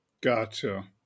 Gotcha